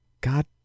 god